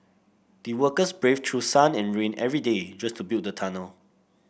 the workers braved through sun and rain every day just to build the tunnel